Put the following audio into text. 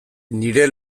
nire